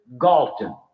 Galton